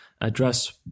address